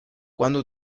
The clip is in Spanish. cuando